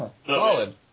Solid